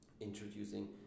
introducing